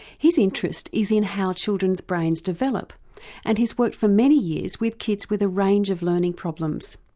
his interest is in how children's brains develop and he's worked for many years with kids with a range of learning problems.